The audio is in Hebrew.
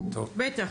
בטח.